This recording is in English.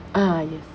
ah yes